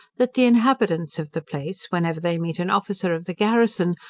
that the inhabitants of the place, whenever they meet an officer of the garrison,